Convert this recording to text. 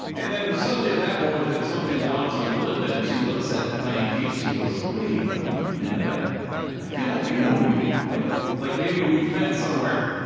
and then it was, suddenly, at that moment, that something dawns on glenda, and she looks at diane keaton. she goes, wait a minute. i i feel like i know you, like like maybe we've met somewhere.